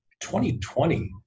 2020